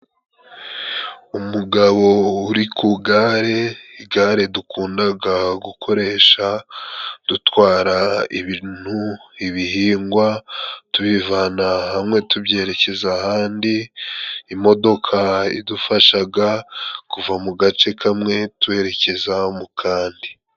Umugabo uri ku igare, igare dukundaga gukoresha dutwara ibintu, ibihingwa tubivana hamwe tubyerekeza ahandi. Imodoka idufashaga kuva mu gace kamwe tubererekeza mu kandi.